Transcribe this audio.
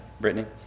Brittany